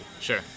Sure